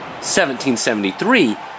1773